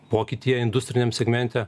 pokytyje industriniam segmente